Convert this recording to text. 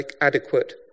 adequate